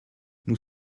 nous